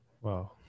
wow